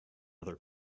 other